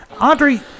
Audrey